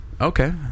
Okay